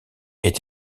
est